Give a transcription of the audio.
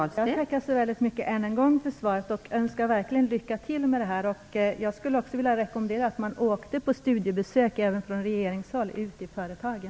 Fru talman! Jag tackar så mycket för svaret än en gång. Jag önskar verkligen näringsministern lycka till med det här. Jag skulle också vilja rekommendera även regeringen att åka på studiebesök ut i företagen.